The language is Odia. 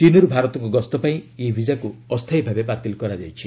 ଚୀନ୍ରୁ ଭାରତକୁ ଗସ୍ତ ପାଇଁ ଇ ବିଜାକୁ ଅସ୍ଥାୟୀ ଭାବେ ବାତିଲ କରାଯାଇଛି